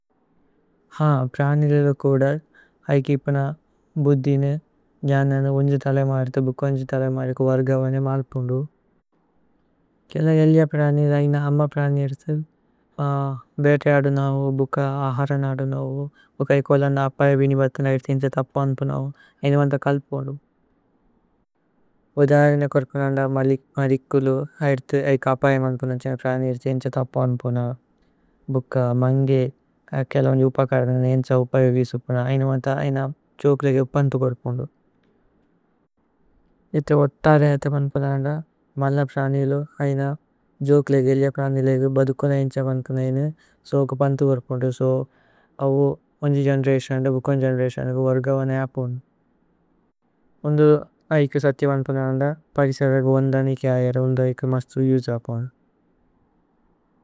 Hand പ്രാനില്വ കോദദ് അഏകേ ഇപന ബുദ്ധിനു। ജനനു ഉന്ജു ഥലൈ മാരിഥു ബുകോ ഉന്ജു। ഥലൈ മാരിഥു വര്ഗവനേ മാല്പുന്ദു സേല്ലഗി। ഏല്ലിഅ പ്രാനില്വ അഗിന അമ്മ പ്രാനിലിഥു। ബേതേ അദുനവു ബുക അഹരന്। അദുനവു ബുക ഏഇക് ഓലന്ദ അപയ വിനിവര്തന്। അയ്രിഥ ഇന്ഛ ഥപ്പു അന്പുനവു ഐന മന്ഥ। കല്പുന്ദു ഭുധരന കോര്പനന്ദ മലികുലു। അയ്രിഥ ഏഇക് അപയ മന്പുനന്ഛ പ്രാനിലിഥു। ഇന്ഛ ഥപ്പു അന്പുനവു ഭുക മന്ഗേ കേല്ലു ഉന്ജു। ഉപകരനു ഇന്ഛ ഉപയോഗിസു അപുന ഐന। മന്ഥ ഐന ജോകുലേഗേ പന്ഥു കോര്പുന്ദു ഏഇഥ। ഓത്ത രഹിഥ മന്പുനന്ദ മലപ്രാനിലു ഐന। ജോകുലേഗേ ഏല്ലിഅ പ്രാനിലേഗു ബദുകോന ഇന്ഛ। മന്പുനൈനു സോകോ പന്ഥു കോര്പുന്ദു സോ അവു। ഉന്ജു ജനേരൈശനദ ബുകോ ജനേരൈശനദ। വര്ഗവനേ അപുന്ദു ഉന്ദു അഏകേ സഥ്യ മന്। പുന്ദനന്ദ പരിസരഗു ഓന്ദനി കേ। അയര ഉന്ദ ഏഇകേ മസ്തു യുഝപുന്ദു।